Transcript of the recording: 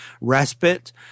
respite